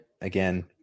again